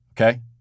okay